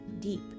deep